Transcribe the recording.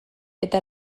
eta